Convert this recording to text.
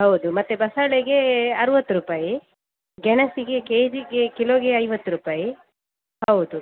ಹೌದು ಮತ್ತೆ ಬಸಳೆಗೆ ಅರವತ್ತು ರೂಪಾಯಿ ಗೆಣಸಿಗೆ ಕೆ ಜಿಗೆ ಕಿಲೋಗೆ ಐವತ್ತು ರೂಪಾಯಿ ಹೌದು